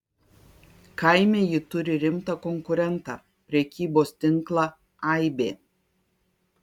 kaime ji turi rimtą konkurentą prekybos tinklą aibė